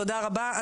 תודה רבה.